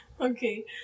Okay